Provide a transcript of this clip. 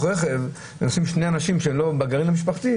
רכב ונוסעים שני אנשים שהם לא בגרעין המשפחתי,